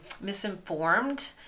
misinformed